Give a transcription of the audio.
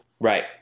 Right